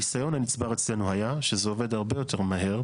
הניסיון הנצבר אצלנו היה שזה עובד הרבה יותר מהר,